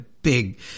big